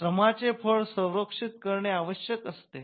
श्रमाचे फळ संरक्षित करणे आवश्यक असते